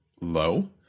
low